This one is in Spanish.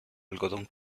algodón